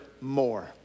more